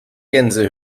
gänse